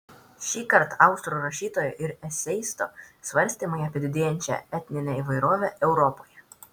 šįkart austrų rašytojo ir eseisto svarstymai apie didėjančią etninę įvairovę europoje